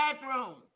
bathroom